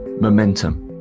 momentum